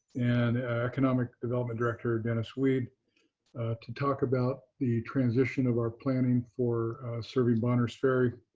and economic development director dennis weed to talk about the transition of our planning for serving bonners ferry.